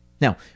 Now